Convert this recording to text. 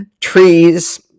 trees